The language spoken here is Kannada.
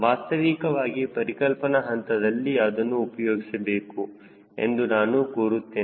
ವಾಸ್ತವವಾಗಿ ಪರಿಕಲ್ಪನಾ ಹಂತದಲ್ಲಿ ಅದನ್ನು ಉಪಯೋಗಿಸಬೇಕು ಎಂದು ನಾನು ಕೋರುತ್ತೇನೆ